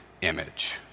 image